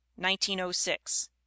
1906